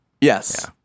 Yes